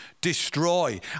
destroy